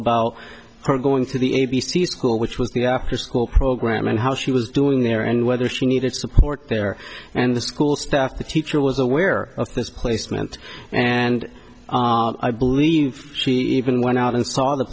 about her going to the a b c school which was the afterschool program and how she was doing there and whether she needed support there and the school staff the teacher was aware of this placement and i believe even went out and saw the